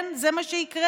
כן, זה מה שיקרה?